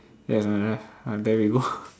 ya it's on the left uh there we go